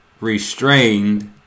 restrained